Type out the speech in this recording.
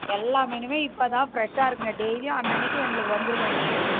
எல்லா மீனுமே இப்போதான் ஃபிரஷ்ஷாக இருக்குங்க டெய்லியும் அன்னன்னைக்கு எங்களுக்கு வந்துருங்க மீன்